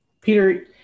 Peter